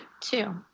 Two